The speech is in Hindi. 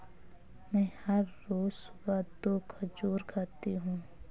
मैं हर रोज सुबह दो खजूर खाती हूँ